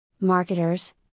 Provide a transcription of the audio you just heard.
marketers